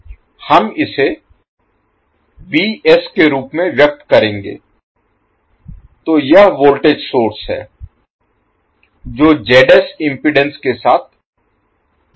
हम इसे के रूप में व्यक्त करेंगे तो यह वोल्टेज सोर्स है जो इम्पीडेन्स के साथ सीरीज में है